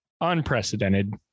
unprecedented